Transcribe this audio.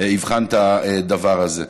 יבחן את הדבר הזה.